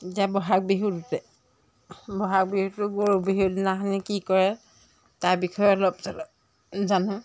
এতিয়া বহাগ বিহুটোতে বহাগ বিহুটো গৰু বিহুৰ দিনাখনি কি কৰে তাৰ বিষয়ে অলপ চলপ জানোঁ